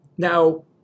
Now